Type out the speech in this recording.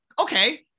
okay